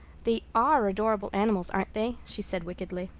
they are adorable animals, aren't they? she said wickedly.